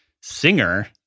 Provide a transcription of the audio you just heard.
singer